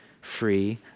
free